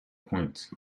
points